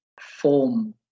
form